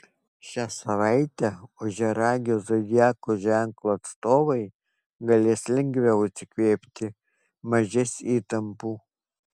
šią savaitę ožiaragio zodiako ženklo atstovai galės lengviau atsikvėpti mažės įtampų